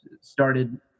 started